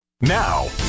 Now